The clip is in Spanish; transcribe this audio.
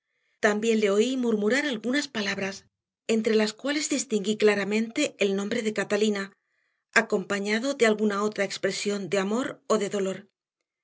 también le oí murmurar algunas palabras entre las cuales distinguí claramente el nombre de catalina acompañado de alguna otra expresión de amor o de dolor